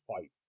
fight